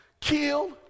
kill